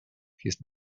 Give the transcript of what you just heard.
his